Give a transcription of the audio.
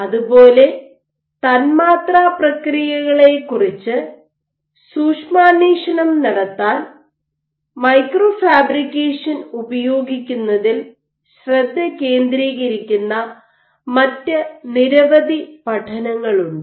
അതുപോലെ തന്മാത്രാപ്രക്രിയകളെക്കുറിച്ച് സൂക്ഷ്മാന്വേഷണം നടത്താൻ മൈക്രോ ഫാബ്രിക്കേഷൻ ഉപയോഗിക്കുന്നതിൽ ശ്രദ്ധ കേന്ദ്രീകരിക്കുന്ന മറ്റ് നിരവധി പഠനങ്ങളുണ്ട്